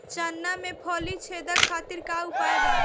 चना में फली छेदक खातिर का उपाय बा?